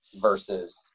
versus